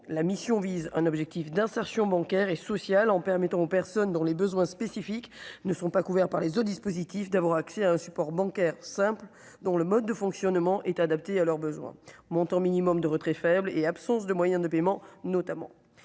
la mission vise un objectif d'insertion bancaire et social en permettant aux personnes dont les besoins spécifiques. Ne sont pas couverts par les au dispositif d'avoir accès à un support bancaires simple dont le mode de fonctionnement est adapté à leurs besoins, montant minimum de retrait faible et absence de moyens de paiement notamment